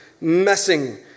messing